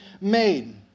made